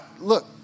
look